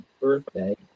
birthday